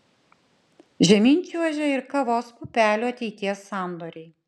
žemyn čiuožia ir kavos pupelių ateities sandoriai